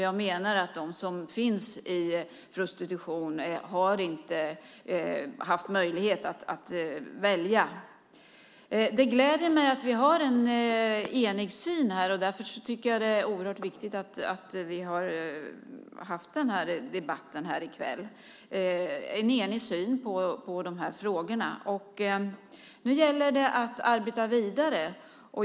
Jag menar att de som finns i prostitution inte haft möjlighet att välja. Det gläder mig att vi har en enig syn i dessa frågor, och därför är det oerhört viktigt att vi haft denna debatt i kväll. Nu gäller det att arbeta vidare.